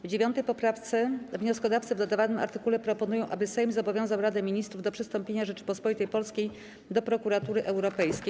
W 9. poprawce wnioskodawcy w dodawanym artykule proponują, aby Sejm zobowiązał Radę Ministrów do przystąpienia Rzeczypospolitej Polskiej do Prokuratury Europejskiej.